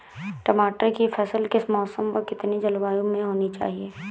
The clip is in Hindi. टमाटर की फसल किस मौसम व कितनी जलवायु में होनी चाहिए?